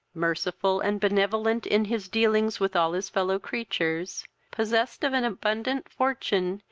merciful, and benevolent, in his dealings with all his fellow-creatures possessed of an abundant fortune,